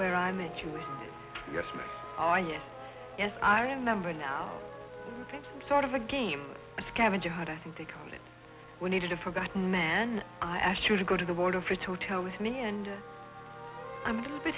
where i met you yes you are yes yes i remember now sort of a game a scavenger hunt i think they call it we needed a forgotten man i asked you to go to the border for toto with me and i'm a little bit